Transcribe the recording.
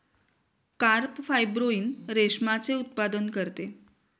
carp fibroin रेशमाचे उत्पादन करते